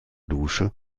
dusche